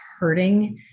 hurting